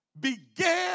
began